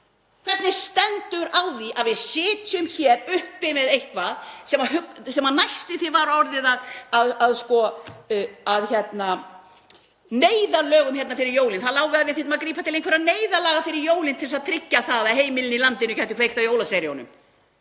Hvernig stendur á því að við sitjum hér uppi með eitthvað sem næstum því var orðið að neyðarlögum hérna fyrir jólin? Það lá við að við þyrftum að grípa til einhverra neyðarlaga fyrir jólin til að tryggja það að heimilin í landinu gætu kveikt jólaseríunum.